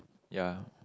ya